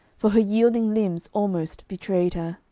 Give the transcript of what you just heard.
for her yielding limbs almost betrayed her.